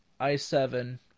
i7